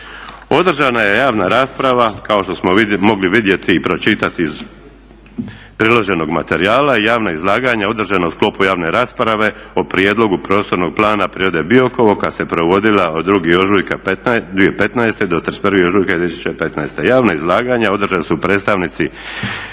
Održana je javna rasprava kao što smo mogli vidjeti i pročitati iz priloženog materijala i javno izlaganje održano u sklopu javne rasprave o prijedlogu Prostornog plana Parka prirode Biokovo kad se provodila 2. ožujka 2015. do 31. ožujka 2015. Javna izlaganja održali su predstavnici